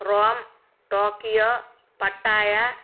Rome Tokyo Pattaya